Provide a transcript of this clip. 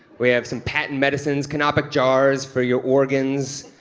we have some patent medicines, canopic jars for your organs,